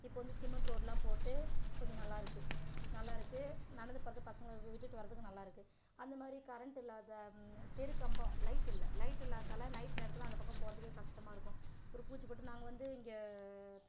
இப்போ வந்து சிமெண்ட் ரோடுலாம் போட்டு கொஞ்சம் நல்லாயிருக்கு நல்லாயிருக்கு நடந்து போகிறது பசங்களை விட்டுட்டு வர்றதுக்கும் நல்லாயிருக்கு அந்த மாதிரி கரண்ட்டு இல்லாத தெரு கம்பம் லைட் இல்லை லைட் இல்லாததால நைட் நேரத்தில் அந்த பக்கம் போகிறதுக்கே கஷ்டமாக இருக்கும் ஒரு பூச்சி பொட்டு நாங்கள் வந்து இங்கே